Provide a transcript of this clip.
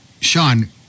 Sean